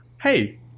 Hey